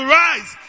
rise